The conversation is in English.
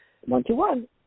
One-to-one